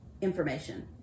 information